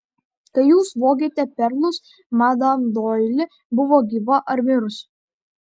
kai jūs vogėte perlus madam doili buvo gyva ar mirusi